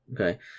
Okay